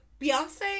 Beyonce